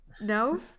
no